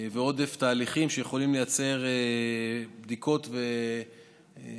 ועודף תהליכים שיכולים לייצר בדיקות מיותרות.